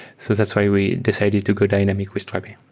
so that's why we decided to go dynamic with strapi.